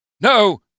No